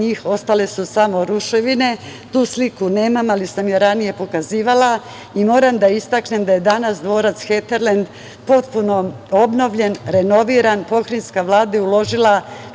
njih ostale su samo ruševine. Tu sliku nemam, ali sam je ranije pokazivala, i moram da istaknem da je danas dvorac „Heterlend“, potpuno obnovljen i renoviran i Pokrajinska Vlada je uložila